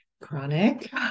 chronic